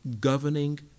governing